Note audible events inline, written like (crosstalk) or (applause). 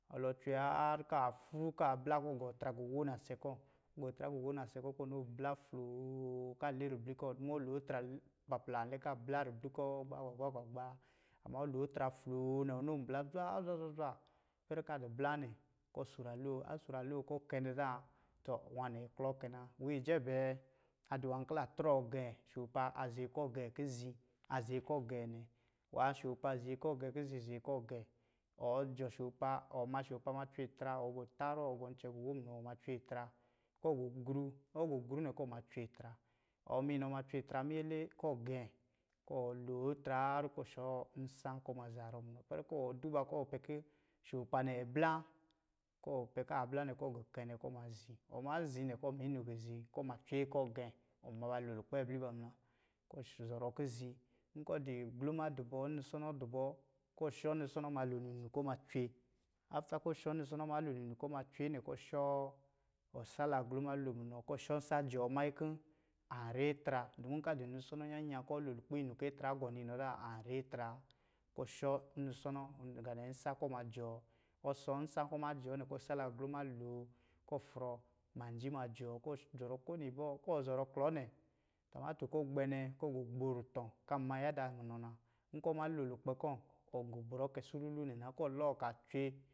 Ɔ lɛ haar, kɔ̄ aa fru, kɔ̄ aablā kɔ̄ ngɔ atra gɔ wo nasɛ ‘kɔ̄ ngɔ atra gɔ wo nasɛ ‘kɔ̄ kɔ̄ a li ribli kɔ̄ kɔ̄ ɔ noo a blā floo kɔ̄ aliribli ‘kɔ̄ dumu ɔ loo atra papla an lɛ kɔ̄ a blā ribli kɔ̄ gbagba-gbagba wa. Ama ɔloo atra floo nɛ ɔnoo an blā zwaa zwa-zwa-zwa ipɛrɛ kɔ̄ adɔ̄ blā nɛ, kɔ̄ ɔ suraroo, ɔsuraroo kɔ̄ ɔ kɛnɛ zā tɔ, nwā nɛ a klɔɔ kɛ na. Nwā ijɛbɛɛ, adɔ̄ nwā kɔ̄ la trɔɔ gɛ̄, soopa azi akɔ̄ gɛ̄, kizi a zi a kɔ̄ gɛ̄ nɛ wa. Nwā soopa azi akɔ̄ gɛ̄ kizi a zi a kɔ̄ gɛ̄ nɛw ɔ jɔ̄ soopa, wɔ ma soopa ma cwe atra, ɔgɔ tarcɔ ɔgɔ ncɔ̄ gɔ wo munɔ, wɔ ma cwe atra, kɔ̄ ɔgɔ gru, ɔgɔ gru nɛ kɔ̄ ɔ ma cwe atra miyele kɔ̄ gɛ̄ ɔ loo atra haar kɔ̄ shɔ nsā kɔ̄ ɔ ma zarɔ munɔ, ipɛrɛ kɔ̄ wɔ duba kɔ̄ ‘wɔ pɛ kɔ̄ soopa nɛ a blā, kɔ̄ wɔ pɛ kɔ̄ a blā nɛ, kɔ̄ ɔ gɔɔ kɛnɛ kɔ̄ ɔma zi, ɔ ma zi nɛ, kɔ̄ ɔma inu a kizi kɔ̄ cwe a kɔ̄ gɛ̄, ɔn ma ba lo lukpɛ ablɛ ba muna. Kɔ̄ ɔzɔrɔ kizi, nkɔ̄ ɔdɔ̄ gluma dɔ̄ bɔ kɔ̄ ɔshɔ nnusɔnɔ malo ninu kɔ̄ ɔma cw (unintelligible) kɔ̄ ɔshɔ nnusɔnɔ malo ninu kɔ̄ ɔma cwe nɛ, kɔ̄ ɔsala glumalo munɔ, kɔ̄ ɔshɔ nsā jɔɔ mannyi kɔ̄ an ri atra dumu nkɔ a dɔ̄ nnusɔnɔ nnyan gan kɔ̄ lo lukpɛ inu kɔ̄ atra agɔnɔ inɔ zā an ri atra wa. Kɔ̄ ɔshɔ nnusɔnɔ ngā nɛ nsā kɔ̄ ɔ ma jɔɔ, ɔshɔ nsā kɔ̄ ɔ ma jɔɔ nɛ, kɔ̄ ɔ sala ghuma loo kɔ̄ ɔfrɔ manji ma jɔɔ, kɔ̄ ɔ zɔrɔ kowini ibɔ̄, kɔ̄ wɔ zɔrɔ klɔɔ nɛ, tumato kɔ̄ ɔ gbɛ nɛ, kan ma jada munɔ na, nkɔ̄ ɔ malo lukpɛ'kɔ̄, ɔn gɔ brɔ kɛ sululu nɛ na kɔ̄ ɔlɔɔ kɔ̄ a cwe.